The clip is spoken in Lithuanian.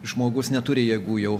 žmogus neturi jėgų jau